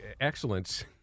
excellence